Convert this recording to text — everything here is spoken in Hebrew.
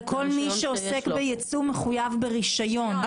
כל מי שעוסק בייצוא מחויב ברישיון.